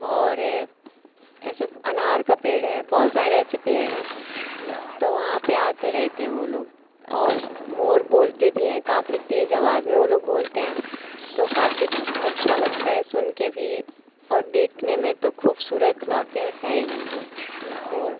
और ऐसे अनार का पेड़ है बहुत सारे ऐसे पेड़ हैं तो वहाँ पर आते रहते हैं वह लोग और मोर बोलते भी हैं काफ़ी तेज आवाज़ में वह लोग बोलते हैं तो काफ़ी अच्छा लगता है सुनकर भी और देखने में तो खूबसूरत वाकई में है ही वह मोर